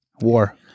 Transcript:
War